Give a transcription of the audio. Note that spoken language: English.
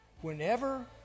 Whenever